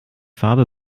farbe